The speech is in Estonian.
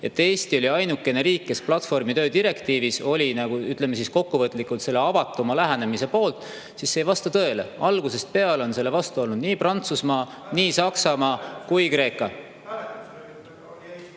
et Eesti oli ainukene riik, kes platvormitöö direktiivis oli, ütleme kokkuvõtlikult, avatuma lähenemise poolt, siis see ei vasta tõele. Algusest peale on selle [poolt] olnud nii Prantsusmaa, Saksamaa kui ka Kreeka.